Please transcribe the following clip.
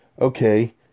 okay